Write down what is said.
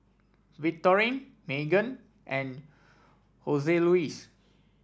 Victorine Meagan and Hoseluis